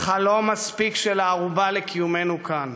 אך הלא-מספיק, של הערובה לקיומנו כאן.